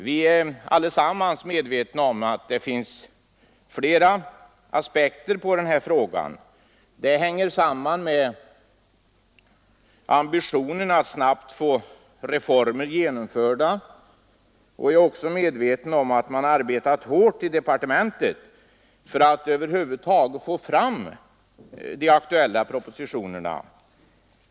Vi är alla medvetna om att det finns flera aspekter på denna fråga. Det hänger samman med ambitionen att snabbt få reformer genomförda osv. Jag är också medveten om att man arbetat hårt i departementet för att över huvud taget få fram de aktuella propositionerna.